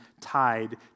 tied